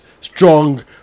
strong